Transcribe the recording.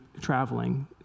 traveling